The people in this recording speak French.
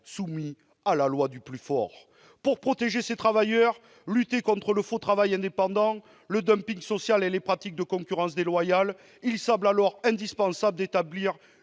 soumis à la loi du plus fort. Pour protéger ces travailleurs, lutter contre le faux travail indépendant, le dumping social et les pratiques de concurrence déloyale, il semble alors indispensable d'établir